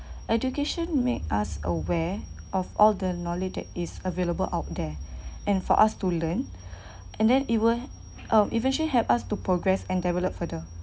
education makes us aware of all the knowledge that is available out there and for us to learn and then it will uh eventually help us to progress and develop further